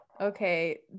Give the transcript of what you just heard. okay